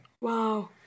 Wow